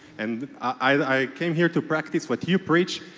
and i came here to practice what you preach,